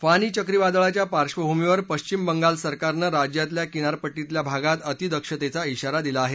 फानी चक्रीवादळाच्या पार्श्वभूमीवर पश्विम बंगाल सरकारनं राज्यातल्या किनारपट्टीतल्या भागात अतिदक्षतेचा श्विारा दिला आहे